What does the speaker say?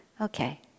Okay